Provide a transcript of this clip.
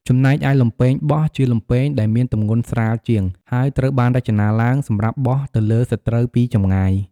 ចំណែកឯ លំពែងបោះ ជាលំពែងដែលមានទម្ងន់ស្រាលជាង ហើយត្រូវបានរចនាឡើងសម្រាប់បោះទៅលើសត្រូវពីចម្ងាយ។